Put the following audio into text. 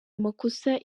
amakosa